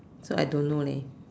so I don't know lah